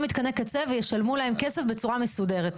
מתקני קצה וישלמו להם כסף בצורה מסודרת.